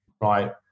right